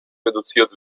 reduziert